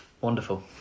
wonderful